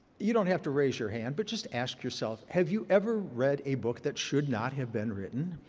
you don't have to raise your hand, but just ask yourself, have you ever read a book that should not have been written?